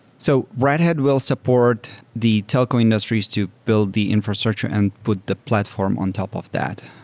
so red hat will support the telecom industries to build the infrastructure and put the platform on top of that.